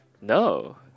No